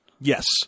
Yes